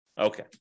Okay